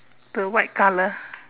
the white color